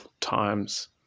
times